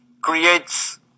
creates